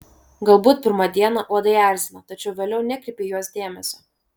galbūt pirmą dieną uodai erzina tačiau vėliau nekreipi į juos dėmesio